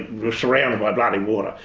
we're surrounded by bloody water,